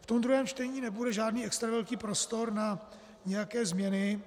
Ve druhém čtení nebude žádný extra velký prostor na nějaké změny.